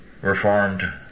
Reformed